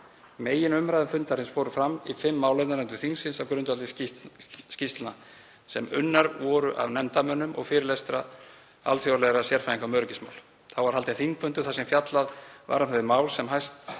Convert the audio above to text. Meginumræður fundarins fóru fram í fimm málefnanefndum þingsins á grundvelli skýrslna, sem unnar voru af nefndarmönnum, og fyrirlestra alþjóðlegra sérfræðinga um öryggismál. Þá var haldinn þingfundur þar sem fjallað var um þau mál sem hæst